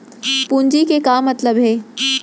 पूंजी के का मतलब हे?